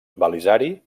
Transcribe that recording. belisari